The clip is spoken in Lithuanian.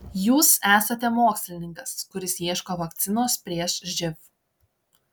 jūs esate mokslininkas kuris ieško vakcinos prieš živ